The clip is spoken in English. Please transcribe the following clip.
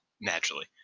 naturally